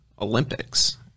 Olympics